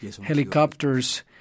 helicopters